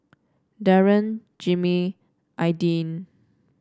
Daron Jimmie Aidyn